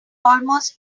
almost